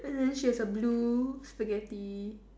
and then she has a blue Spaghetti